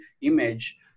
image